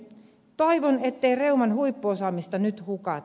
toivon ettei reuman huippuosaamista nyt hukata